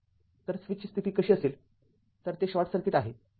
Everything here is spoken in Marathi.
तर स्विचची स्थिती अशी असेल तर ते शॉर्ट सर्किट आहे